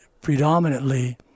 predominantly